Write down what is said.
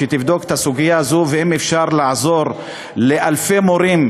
כדי שתבדוק את הסוגיה הזאת והאם אפשר לעזור לאלפי מורים.